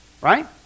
right